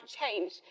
change